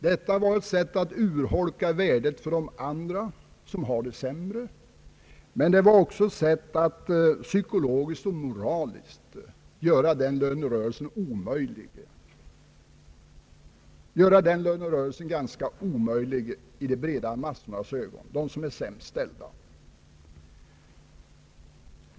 Detta var ett sätt att urholka värdet för de andra som har det sämre, men det var också ett sätt att psykologiskt och moraliskt göra denna lönerörelse omöjlig hos de breda massorna, hos dem som är sämst ställda.